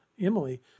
Emily